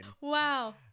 wow